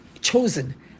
chosen